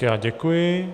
Já děkuji.